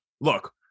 Look